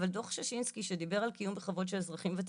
אבל דוח ששינסקי שדיבר על קיום בחברות של אזרחים ותיקים,